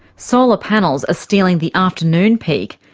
solar panels are stealing the afternoon peak,